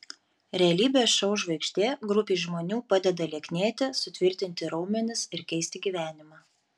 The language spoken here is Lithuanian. realybės šou žvaigždė grupei žmonių padeda lieknėti sutvirtinti raumenis ir keisti gyvenimą